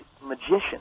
Magician